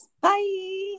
Bye